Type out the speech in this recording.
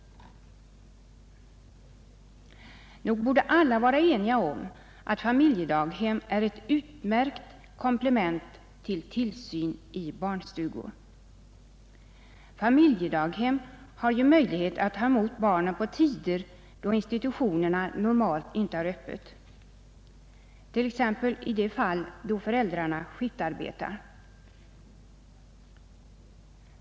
Nog borde alla vara eniga om att familjedaghem är ett utmärkt komplement till tillsyn i barnstugor. Familjedaghem har ju möjlighet att ta emot barnen på tider då institutionerna normalt inte har öppet, t.ex. i de fall då föräldrarna skiftarbetar.